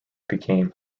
became